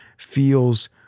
feels